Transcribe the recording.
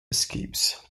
escapes